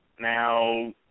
Now